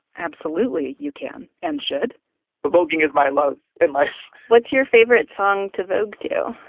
absolutely, you can and should but voguing is my love and life what's your favorite song to vogue to?